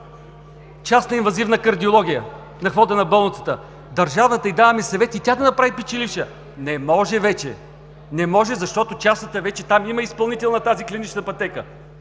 частна инвазивна кардиология на входа на болницата, а на държавната й даваме съвети и тя да направи печеливша. Не може вече! Не може, защото частната вече има изпълнител на тази клинична пътека.